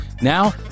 Now